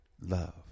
love